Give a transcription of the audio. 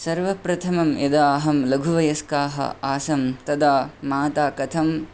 सर्वप्रथमं यदा अहं लघुवयस्काः आसन् तदा माता कथम्